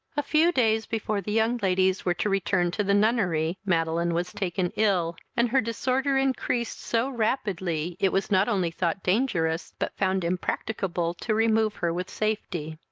a few days before the young ladies were to return to the nunnery, madeline was taken ill, and her disorder increased so rapidly, it was not only thought dangerous, but found impracticable to remove her with safety.